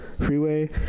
freeway